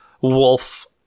wolf